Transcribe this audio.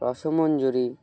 Rasmanjari